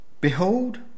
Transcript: Behold